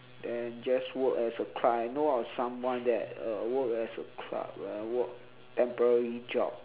then just work as a client I know of someone there uh work as a clerk uh work temporary job